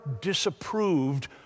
disapproved